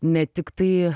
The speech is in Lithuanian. ne tik tai